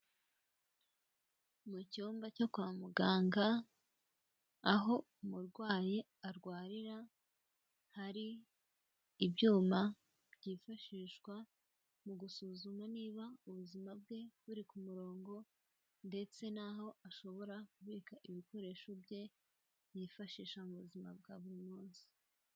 Mu cyumba cyo kwa muganga aho umurwayi arwarira, hari ibyuma byifashishwa mu gusuzuma niba ubuzima bwe buri ku murongo ndetse n'aho ashobora kubika ibikoresho bye yifashisha mu buzima bwa buri munsi.